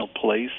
place